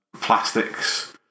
plastics